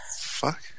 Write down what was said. fuck